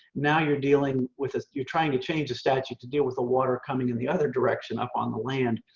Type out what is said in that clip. now you're dealing with ah you're trying to change the statute to deal with the water coming in the other direction up on the land.